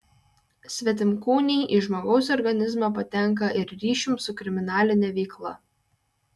svetimkūniai į žmogaus organizmą patenka ir ryšium su kriminaline veikla